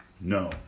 no